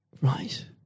Right